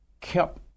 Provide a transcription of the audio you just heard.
kept